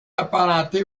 apparentée